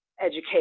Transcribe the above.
education